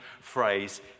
phrase